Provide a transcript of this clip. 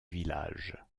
village